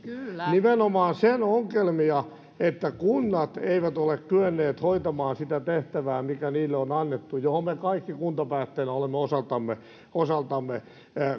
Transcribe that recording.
nimenomaan ongelmia siitä että kunnat eivät ole kyenneet hoitamaan sitä tehtävää mikä niille on annettu mistä me kaikki kuntapäättäjinä osaltamme osaltamme